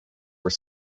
were